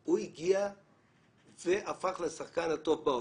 הוא הפך לשחקן הטוב בעולם,